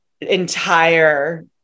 entire